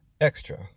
Extra